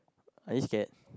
you are scared